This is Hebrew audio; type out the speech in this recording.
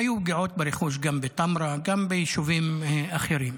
היו פגיעות ברכוש גם בטמרה, גם ביישובים אחרים.